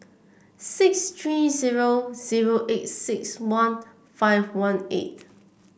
six three zero zero eight six one five one eight